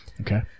Okay